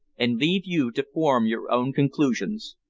and leave you to form your own conclusions.